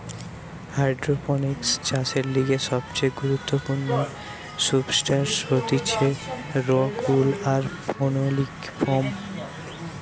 hydroponics চাষের লিগে সবচেয়ে গুরুত্বপূর্ণ সুবস্ট্রাটাস হতিছে রোক উল আর ফেনোলিক ফোম